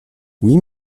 oui